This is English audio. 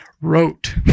wrote